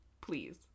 Please